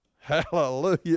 Hallelujah